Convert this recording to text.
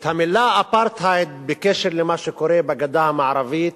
את המלה "אפרטהייד" בקשר למה שקורה בגדה המערבית,